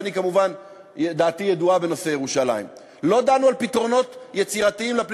ודעתי בנושא ירושלים ידועה,